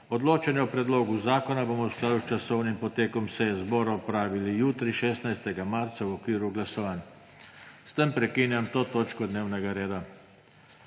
Odločanje o predlogu zakona bomo v skladu s časovnim potekom seje zbora opravili jutri, 16. marca, v okviru glasovanj. S tem prekinjam to točko dnevnega reda.